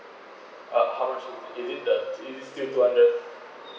uh how much would is it the is it still two hundred